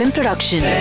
Production